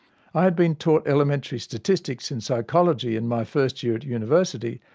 i had been taught elementary statistics in psychology in my first year at university,